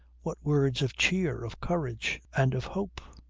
what words of cheer, of courage and of hope?